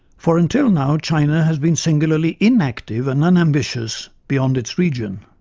for until now china has been singularly inactive and unambitious beyond its region.